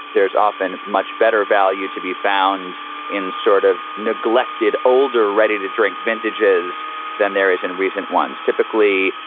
there is often much better value to be found in sort of neglected, older, ready to drink vintages than there is in recent ones. typically,